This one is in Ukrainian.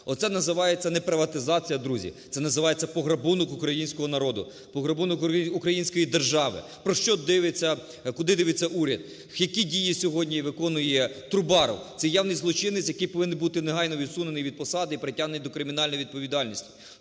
Оце називається не приватизація, друзі. Це називається пограбунок українського народу, пограбунок української держави. Куди дивиться уряд? Які дії сьогодні виконує Трубаров? Це явний злочинець, який повинен бути негайно відсунений від посади і притягнутий до кримінальної відповідальності.